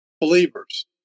Believers